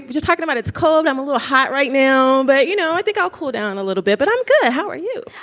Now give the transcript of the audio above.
just talking about it's cold. i'm a little hot right now. but, you know, i think i'll cool down a little bit, but i'm good. how are you?